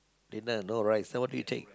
dinner no rice then what do you take